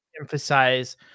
emphasize